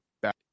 back